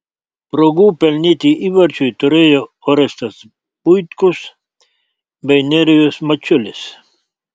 progų pelnyti įvarčiui turėjo orestas buitkus bei nerijus mačiulis